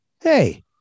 Hey